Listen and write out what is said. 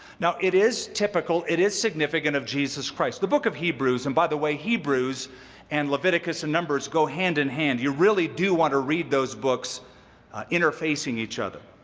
now it is typical, it is significant of jesus christ. the book of hebrews, and by the way, hebrews and leviticus and numbers go hand in hand. you really do want to read those books interfacing each other.